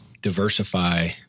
Diversify